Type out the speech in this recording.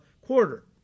quarter